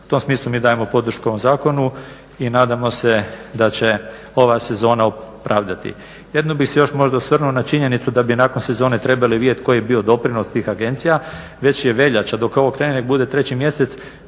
U tom smislu mi dajemo podršku ovom zakonu i nadamo se da će ova sezona opravdati. Jedino bih se još možda osvrnuo na činjenicu da bi nakon sezone trebali vidjet koji je bio doprinos tih agencija. Već je veljača, dok … nek bude treći mjesec,